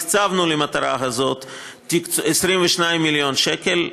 הקצבנו למטרה הזאת 22 מיליון שקל,